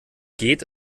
geht